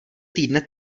týdne